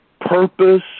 purpose